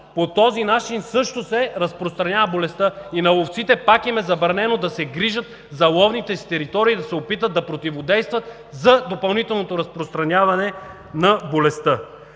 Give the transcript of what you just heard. По този начин също се разпространява болестта и на ловците пак им е забранено да се грижат за ловните си територии, да се опитат да противодействат за допълнителното разпространяване на болестта.